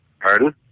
Pardon